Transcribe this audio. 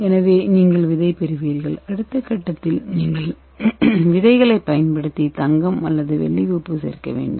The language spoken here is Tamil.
எனவே நீங்கள் விதை பெறுவீர்கள் அடுத்த கட்டத்தில் நீங்கள் விதைகளைப் பயன்படுத்தி தங்கம் அல்லது வெள்ளி உப்பு சேர்க்க வேண்டும்